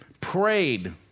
prayed